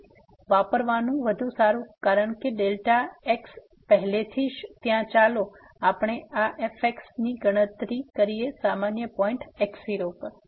તેથી વાપરવાનું વધુ સારું છે કારણ કે ડેલ્ટા x પહેલેથી જ છે ત્યાં ચાલો આપણે આ fx ની ગણતરી કરીએ સામાન્ય પોઈન્ટ x0 પર